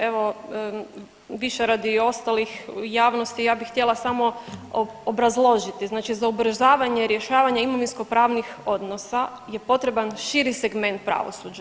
Evo više radi ostalih javnosti ja bih htjela samo obrazložiti, znači za ubrzavanja rješavanja imovinskopravnih odnosa je potreban širi segment pravosuđa.